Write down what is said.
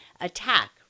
attack